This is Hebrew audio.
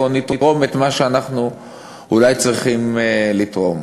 או נתרום את מה שאנחנו אולי צריכים לתרום.